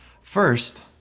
First